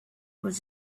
was